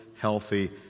healthy